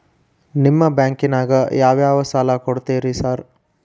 ನಿಮ್ಮ ಬ್ಯಾಂಕಿನಾಗ ಯಾವ್ಯಾವ ಸಾಲ ಕೊಡ್ತೇರಿ ಸಾರ್?